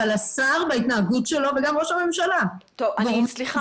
אבל השר בהתנהגות שלו וגם ראש הממשלה --- סליחה.